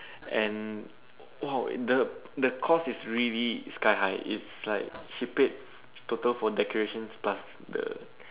and !wow! the the cost is really sky high it's like she paid total for decorations plus the